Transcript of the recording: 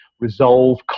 resolve